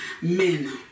Men